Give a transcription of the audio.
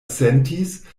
sentis